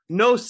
no